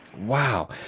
Wow